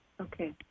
Okay